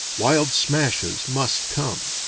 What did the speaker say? wild smashes must come.